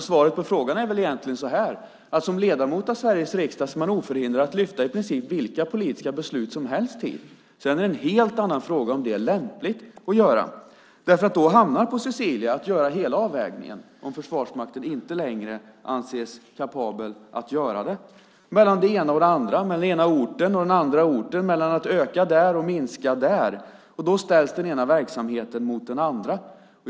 Svaret på frågan är väl egentligen detta: Som ledamot av Sveriges riksdag är man oförhindrad att lyfta upp i princip vilka politiska beslut som helst hit. Sedan är det en helt annan fråga om det är lämpligt att göra, därför att då hamnar på Solveig att göra hela avvägningen, om Försvarsmakten inte längre anses kapabel att göra det, mellan det ena och andra, mellan den ena orten och den andra orten och mellan att öka där och minska där. Då ställs den ena verksamheten mot den andra.